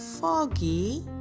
Foggy